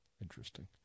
Interesting